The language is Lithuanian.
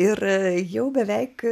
ir jau beveik